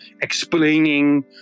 explaining